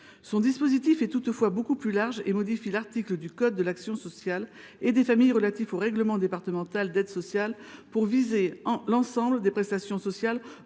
Son dispositif est toutefois beaucoup plus large et modifie l’article du code de l’action sociale et des familles relatif au règlement départemental d’aide sociale pour viser l’ensemble des prestations sociales